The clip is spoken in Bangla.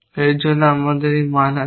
এর জন্য আমাদের এই মান আছে